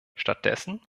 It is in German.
stattdessen